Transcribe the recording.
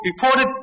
reported